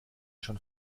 schon